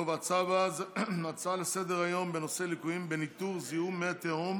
נעבור להצעות לסדר-היום בנושא: ליקויים בניטור זיהום מי התהום